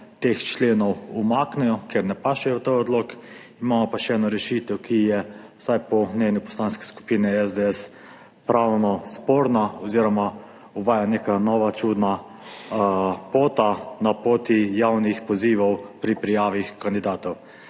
teh členov umaknejo, ker ne sodijo v ta odlok. Imamo pa še eno rešitev, ki je vsaj po mnenju Poslanske skupine SDS pravno sporna oziroma uvaja neka nova čudna pota na poti javnih pozivov pri prijavi kandidatov.